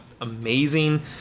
amazing